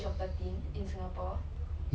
thirteen thirteen 我